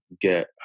get